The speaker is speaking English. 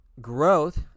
growth